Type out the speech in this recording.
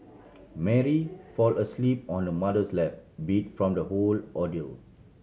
Mary fall asleep on her mother's lap beat from the whole ordeal